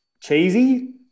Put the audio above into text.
Cheesy